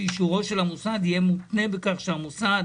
השנים